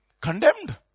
condemned